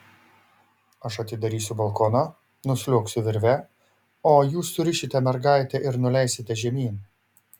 aš atidarysiu balkoną nusliuogsiu virve o jūs surišite mergaitę ir nuleisite žemyn